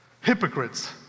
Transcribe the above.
hypocrites